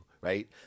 right